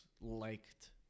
liked